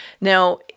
Now